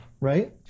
Right